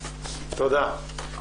תודה.